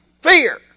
Fear